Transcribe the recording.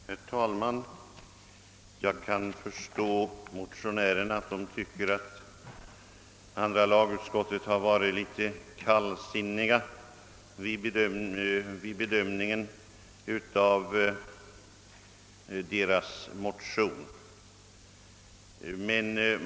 Herr talman! Jag kan förstå att motionärerna tycker att andra lagutskottets majoritet har varit kallsinnig vid bedömningen av motionen.